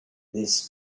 this